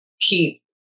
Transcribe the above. keep